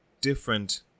different